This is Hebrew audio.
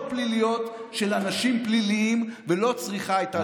פליליות של אנשים פליליים ולא צריכה הייתה לקרות.